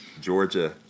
Georgia